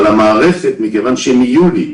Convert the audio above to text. אבל המערכת, מכיוון שהיא מיולי,